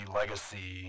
legacy